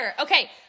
Okay